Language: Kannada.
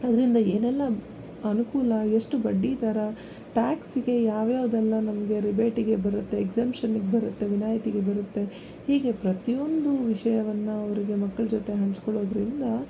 ಅದರಿಂದ ಏನೆಲ್ಲ ಅನುಕೂಲ ಎಷ್ಟು ಬಡ್ಡಿ ದರ ಟ್ಯಾಕ್ಸ್ಗೆ ಯಾವ್ಯಾವುದೆಲ್ಲ ನಮಗೆ ರಿಬೇಟಿಗೆ ಬರುತ್ತೆ ಎಕ್ಸಂಷನಿಗೆ ಬರತ್ತೆ ವಿನಾಯಿತಿಗೆ ಬರುತ್ತೆ ಹೀಗೆ ಪ್ರತಿಯೊಂದು ವಿಷಯವನ್ನು ಅವ್ರಿಗೆ ಮಕ್ಕಳ ಜೊತೆ ಹಂಚಿಕೊಳ್ಳೋದ್ರಿಂದ